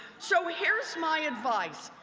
so ah here is my advice.